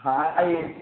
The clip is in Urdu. ہاں